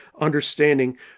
understanding